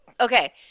Okay